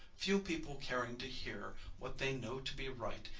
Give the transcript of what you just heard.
few people caring to hear what they know to be right,